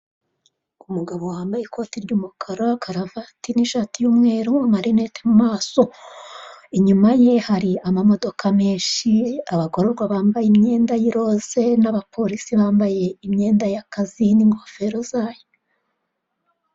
Umugabo wambaye ikote ry'umukara, karavati n'ishati y'umweru, amarinete mu maso, inyuma ye hari amamodoka menshi, abagororwa bambaye imyenda y'iroze n'abapolisi bambaye imyenda y'akazi n'ingofero zayo.